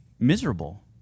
Miserable